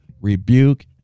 rebuke